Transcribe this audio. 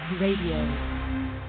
RADIO